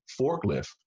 forklift